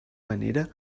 manera